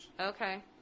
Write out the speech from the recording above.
Okay